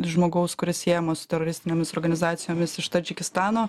žmogaus kuris siejamas su teroristinėmis organizacijomis iš tadžikistano